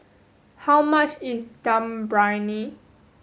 how much is Dum Briyani